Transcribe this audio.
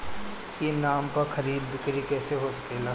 ई नाम पर खरीद बिक्री कैसे हो सकेला?